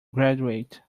graduate